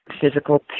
physical